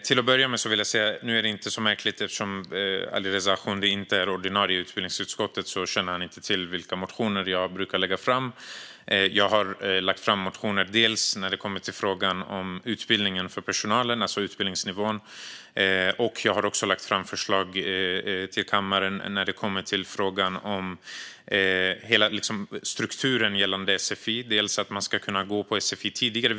Eftersom Alireza Akhondi inte är ordinarie ledamot i utbildningsutskottet känner han inte till vilka motioner jag brukar väcka - det är inte så märkligt - men till att börja med vill jag säga att jag har väckt motioner bland annat i frågan om utbildningsnivån på personalen. Jag har också lagt fram förslag till kammaren när det gäller hela strukturen i sfi. Bland annat ska man kunna läsa sfi tidigare.